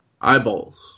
eyeballs